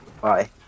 bye